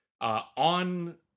on